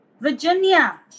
virginia